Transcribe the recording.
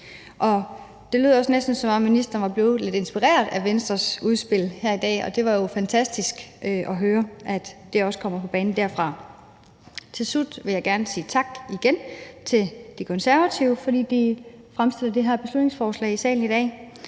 Det lød også næsten, som om ministeren var blevet lidt inspireret af Venstres udspil her i dag, og det er jo fantastisk at høre, at det også kommer på banen derfra. Til slut vil jeg igen gerne sige tak til De Konservative for, at de har fremsat det her beslutningsforslag og har